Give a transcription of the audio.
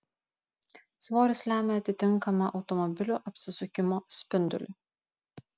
svoris lemia atitinkamą automobilio apsisukimo spindulį